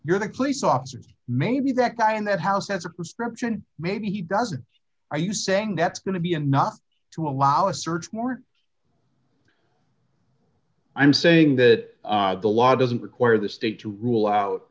you're the police officers maybe that guy in that house has a prescription maybe he does are you saying that's going to be enough to allow a search warrant i'm saying that the law doesn't require the state to rule out